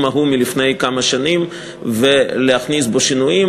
ההוא מלפני כמה שנים ולהכניס בו שינויים,